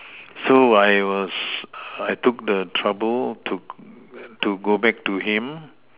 so I was I took the trouble to to go back to him